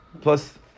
plus